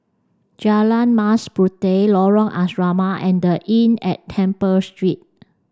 Jalan Mas Puteh Lorong Asrama and The Inn at Temple Street